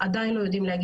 אני אשמח